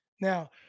Now